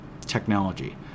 technology